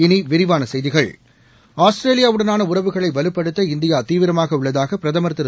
இனி விரிவான செய்திகள் ஆஸ்திரேலியாவுடனான உறவுகளை வலுப்படுத்த இந்தியா தீவிரமாக உள்ளதாக பிரதமா் திரு